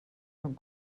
són